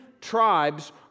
tribes